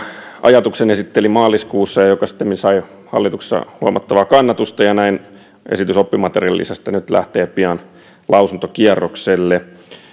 ajatuksen esittelin maaliskuussa ja se sittemmin sai hallituksessa huomattavaa kannatusta ja näin esitys oppimateriaalilisästä nyt lähtee pian lausuntokierrokselle